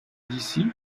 d’ici